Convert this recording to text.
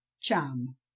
Cham